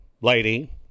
lady